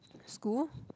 school